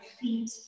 feet